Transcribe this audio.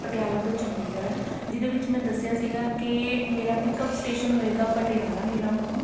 ਪਟਿਆਲਾ ਤੋਂ ਚੰਡੀਗੜ੍ਹ ਜਿਹਦੇ ਵਿੱਚ ਮੈਂ ਦੱਸਿਆ ਸੀਗਾ ਕਿ ਮੇਰਾ ਪਿੱਕਅਪ ਸ਼ਟੇਸ਼ਨ ਹੋਏਗਾ ਪਟਿਆਲਾ ਮੇਰਾ ਹੌਮ